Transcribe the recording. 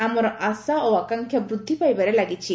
ଆମର ଆଶା ଓ ଆକାଂକ୍ଷା ବୃଦ୍ଧି ପାଇବାରେ ଲାଗିଛି